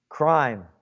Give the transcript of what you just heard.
Crime